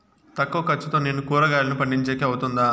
తక్కువ ఖర్చుతో నేను కూరగాయలను పండించేకి అవుతుందా?